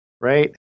right